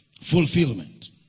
fulfillment